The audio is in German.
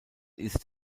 ist